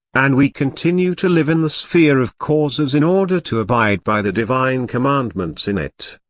and we continue to live in the sphere of causes in order to abide by the divine commandments in it.